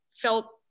felt